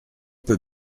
peut